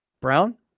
Brown